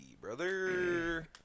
brother